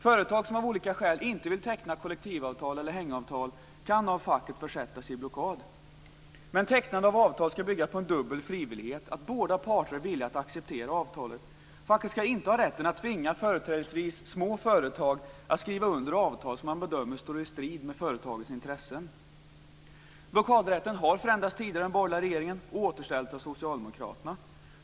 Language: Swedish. Företag som av olika skäl inte vill teckna kollektivavtal eller hängavtal, kan av facket försättas i blockad. Men tecknande av avtal skall bygga på en dubbel frivillighet; att båda parter är villiga att acceptera avtalet. Facket skall inte ha rätten att tvinga företrädesvis små företag att skriva under avtal som man bedömer står i strid med företagets intressen. Blockadrätten har förändrats tidigare, under den borgerliga regeringen, och återställts av Socialdemokraterna.